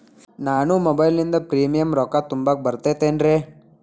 ನಾನು ಮೊಬೈಲಿನಿಂದ್ ಪ್ರೇಮಿಯಂ ರೊಕ್ಕಾ ತುಂಬಾಕ್ ಬರತೈತೇನ್ರೇ?